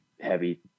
heavy